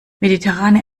mediterrane